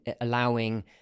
allowing